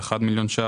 41.1 מיליון ₪,